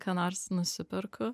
ką nors nusiperku